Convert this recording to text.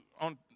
on